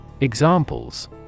Examples